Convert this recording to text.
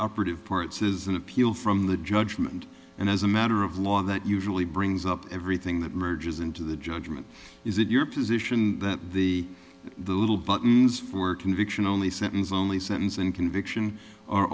operative part says an appeal from the judgment and as a matter of law that usually brings up everything that merges into the judgment is it your position that the the little buttons for conviction only sentence only sentence and conviction are